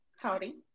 Howdy